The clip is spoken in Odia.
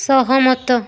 ସହମତ